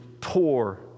poor